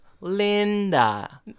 Linda